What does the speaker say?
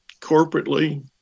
corporately